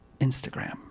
Instagram